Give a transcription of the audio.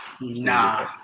nah